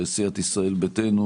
סיעת ישראל ביתנו,